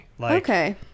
Okay